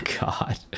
god